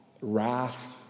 wrath